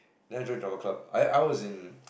then I join Drama Club I I was in